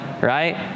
right